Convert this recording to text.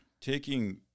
Taking